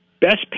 best